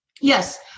yes